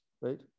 right